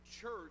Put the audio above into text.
church